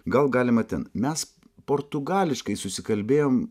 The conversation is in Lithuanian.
gal galima ten mes portugališkai susikalbėjom